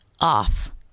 off